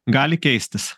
gali keistis